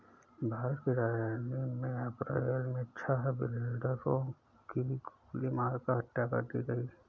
भारत की राजधानी में अप्रैल मे छह बिल्डरों की गोली मारकर हत्या कर दी है